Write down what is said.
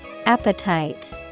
Appetite